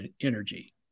energy